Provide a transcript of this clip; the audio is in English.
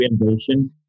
innovation